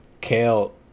Kale